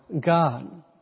God